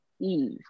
Eve